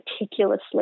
meticulously